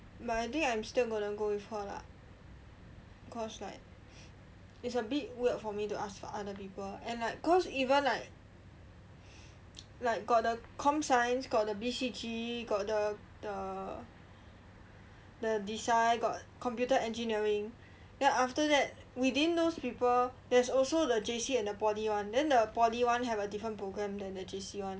but I think I'm still gonna go with her lah cause like it's a bit weird for me to ask other people and like cause even like like got the comp~ science got the B_C_G got the the the design got computer engineering then after that within those people there's also the J_C and the poly one then the poly one have a different program than the J_C one